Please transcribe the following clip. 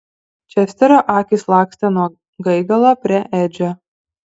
česterio akys lakstė nuo gaigalo prie edžio